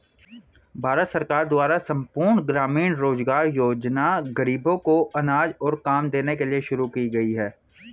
भारत सरकार द्वारा संपूर्ण ग्रामीण रोजगार योजना ग़रीबों को अनाज और काम देने के लिए शुरू की गई है